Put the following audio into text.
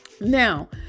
Now